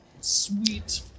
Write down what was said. Sweet